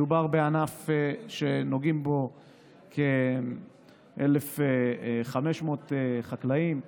מדובר בענף שנוגעים בו כ-1,500 חקלאים,